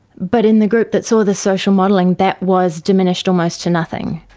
but in the group that saw the social modelling, that was diminished almost to nothing.